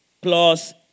plus